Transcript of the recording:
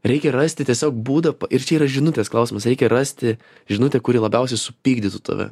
reikia rasti tiesiog būdą ir čia yra žinutės klausimas reikia rasti žinutę kuri labiausiai supykdytų tave